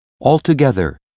altogether